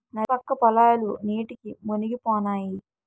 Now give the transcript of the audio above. నది పక్క పొలాలు నీటికి మునిగిపోనాయి